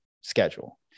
schedule